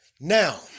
Now